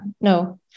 No